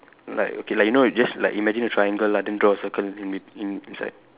like okay like you know just like imagine a triangle lah then draw a circle in bet in~ inside